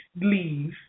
leave